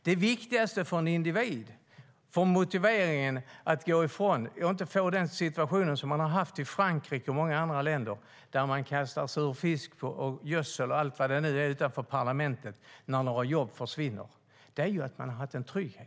Det viktigaste för att inte hamna i samma situation som i Frankrike och många andra länder, där man kastar fisk, gödsel och allt vad det är utanför parlamentet när några jobb försvinner, är att människor har en trygghet.